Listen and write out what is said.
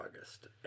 August